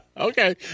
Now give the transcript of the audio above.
Okay